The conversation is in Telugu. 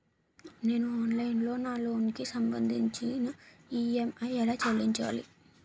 నేను ఆన్లైన్ లో నా లోన్ కి సంభందించి ఈ.ఎం.ఐ ఎలా చెల్లించాలి?